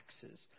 taxes